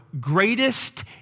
greatest